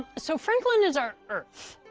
so franklin is our earth.